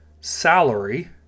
salary